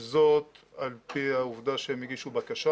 וזאת על פי העובדה שהם הגישו בקשה